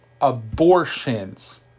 abortions